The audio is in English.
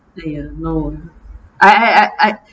!aiya! no I I I I